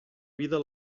vida